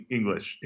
English